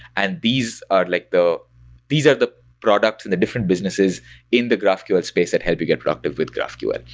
and these are like the these are the product and the different businesses in the graphql space that help you get proactive with graphql,